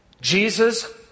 Jesus